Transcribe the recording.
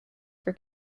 for